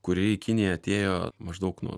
kuri į kiniją atėjo maždaug nuo